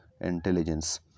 intelligence